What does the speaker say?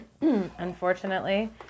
unfortunately